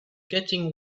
getting